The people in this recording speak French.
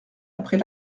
après